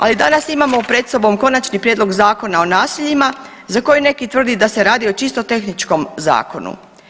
Ali danas imamo pred sobom Konačni prijedlog Zakona o naseljima za koji neki tvrdi da se radi o čisto tehničkom zakonu.